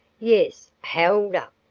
yes, held up,